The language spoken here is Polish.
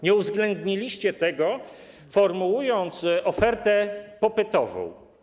Nie uwzględniliście tego, formułując ofertę popytową.